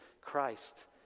Christ